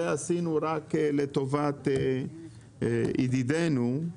עשינו את זה רק לטובת אלה